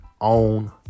own